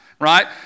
Right